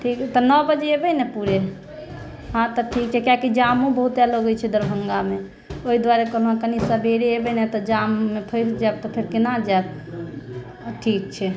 ठीक तऽ नओ बजे एबै ने पूरे हँ तऽ ठीक छै किआकि जामो बहुते लगैत छै दरभङ्गामे ओहि दुआरे कहलहुँ हँ कनि सबेरे एबै ने तऽ जाममे फसि जायब तऽ फेर केना जायब ठीक छै